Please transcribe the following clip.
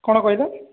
କ'ଣ କହିଲ